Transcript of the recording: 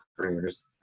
careers